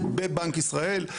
בבנק ישראל,